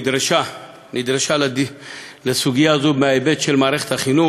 נדרשה לסוגיה זאת מההיבט של מערכת החינוך.